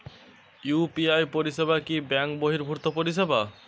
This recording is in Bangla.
ইউ.পি.আই পরিসেবা কি ব্যাঙ্ক বর্হিভুত পরিসেবা?